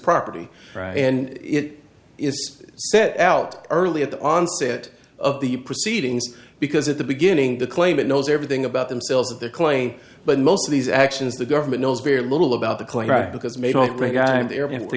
property and it is set out early at the onset of the proceedings because at the beginning the claimant knows everything about themselves of the claim but most of these actions the government knows very little about the